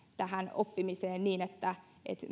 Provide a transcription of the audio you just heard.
oppimiseen niin että